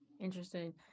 Interesting